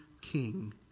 king